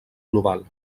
global